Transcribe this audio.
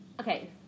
Okay